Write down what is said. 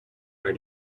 are